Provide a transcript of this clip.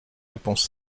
réponse